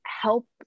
help